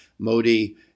Modi